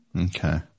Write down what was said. Okay